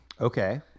Okay